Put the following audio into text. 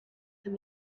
can